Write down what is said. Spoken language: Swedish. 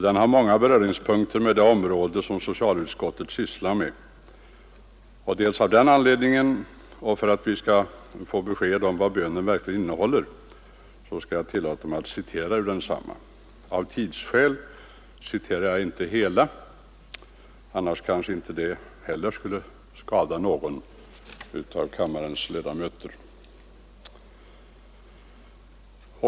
Den har många beröringspunkter med det område som socialutskottet här behandlar. Dels av den anledningen, dels för att vi skall få besked om vad bönen verkligen innehåller skall jag tillåta mig att citera ur densamma. Av tidsskäl citerar jag inte hela, även om det kanske inte skulle skada någon av kammarens ledamöter.